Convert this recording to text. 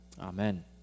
Amen